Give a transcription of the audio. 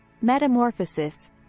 metamorphosis